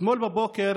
אתמול בבוקר